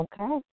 Okay